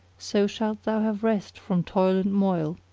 so shalt thou have rest from toil and moil.